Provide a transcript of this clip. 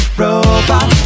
robot